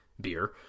Beer